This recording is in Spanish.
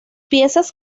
piezas